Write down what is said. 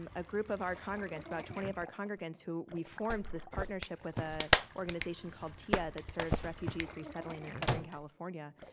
um a group of our congregants, about twenty of our congregants who we formed this partnership with an ah organization, called tiyya, that serves refugees resettling in southern california